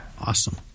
Awesome